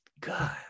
God